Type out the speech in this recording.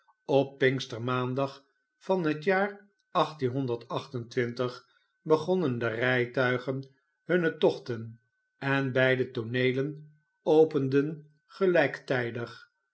op pinkstermaandag van het jaar begonnen de rijtuigen hunne tochten en beide tooneelen openden gelijktijdig